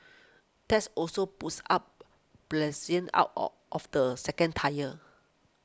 that's also puts up out or of the second tier